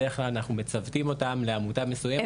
בדרך כלל מצוותים אותם לעמותה מסוימת,